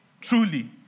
truly